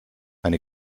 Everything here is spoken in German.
eine